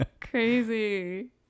Crazy